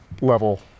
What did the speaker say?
level